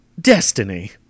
destiny